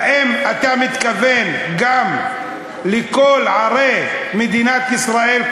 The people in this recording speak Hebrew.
האם אתה מתכוון גם לכל ערי מדינת ישראל,